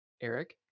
Eric